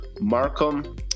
Markham